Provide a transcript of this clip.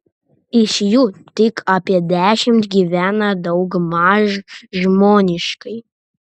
iš jų tik apie dešimt gyvena daugmaž žmoniškai